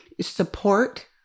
support